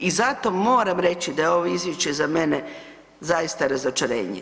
I zato moram reći da je ovo izvješće za mene zaista razočaranje.